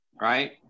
Right